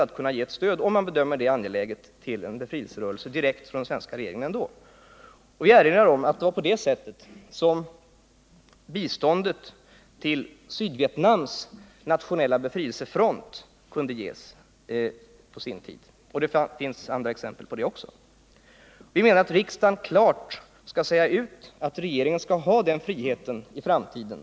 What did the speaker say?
Då måste den svenska regeringen, om den bedömer det som angeläget, vara oförhindrad att ge ett direkt stöd till en befrielserörelse. Jag vill erinra om att det var på det sättet som bistånd till Sydvietnams nationella befrielsefront gavs på sin tid, och det finns fler exempel på det. Vi menar att riksdagen klart skall uttala att regeringen skall ha den friheten i framtiden.